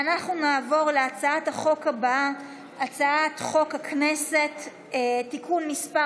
נעבור להצעת החוק הבאה: הצעת חוק הכנסת (תיקון מס'